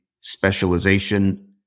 specialization